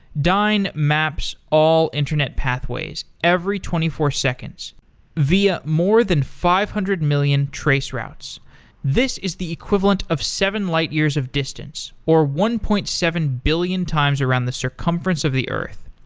dyn maps all internet pathways every twenty four seconds via more than five hundred million traceroutes. this is the equivalent of seven light years of distance, or one point seven billion times around the circumference of the earth.